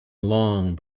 long